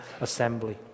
assembly